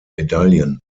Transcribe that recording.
medaillen